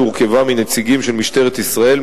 שהורכבה מנציגים של משטרת ישראל,